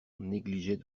négligeait